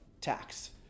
tax